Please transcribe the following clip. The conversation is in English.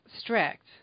strict